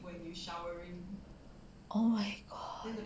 oh my god